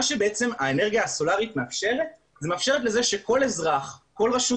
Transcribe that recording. האנרגיה הסולרית מאפשרת שכל אזרח וכל רשות